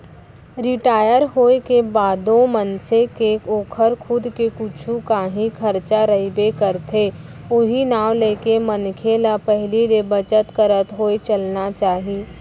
retire होए के बादो मनसे के ओकर खुद के कुछु कांही खरचा रहिबे करथे उहीं नांव लेके मनखे ल पहिली ले बचत करत होय चलना चाही